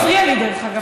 הוא מפריע לי, דרך אגב.